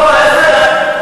ההפך.